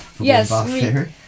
Yes